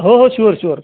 हो हो sure sure